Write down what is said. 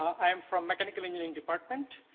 i'm from mechanical engineering department.